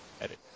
Edit